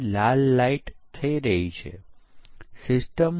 અને તે આ જરૂરિયાત સ્પષ્ટીકરણ દસ્તાવેજોમાં ઉપલબ્ધ છે